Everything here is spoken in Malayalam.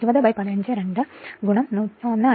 അതിനാൽ 20 15 2 0